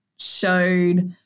showed